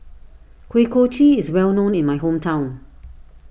Kuih Kochi is well known in my hometown